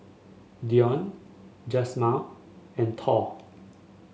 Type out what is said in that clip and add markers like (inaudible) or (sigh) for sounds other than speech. Dionne (unintelligible) and Tall